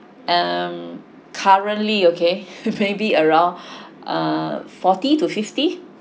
um currently okay maybe around err forty to fifty